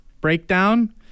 breakdown